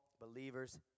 believers